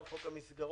וגם חוק המסגרות,